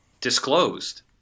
disclosed